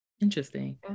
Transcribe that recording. Interesting